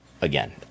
again